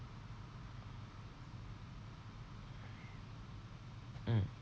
mm